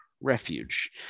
refuge